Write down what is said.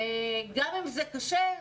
גם אם זה קשה,